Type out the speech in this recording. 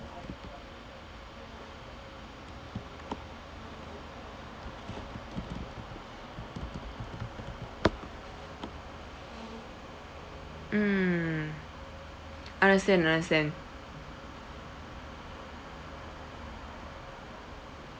mm understand understand